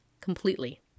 completely